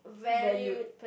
valued